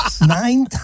Nine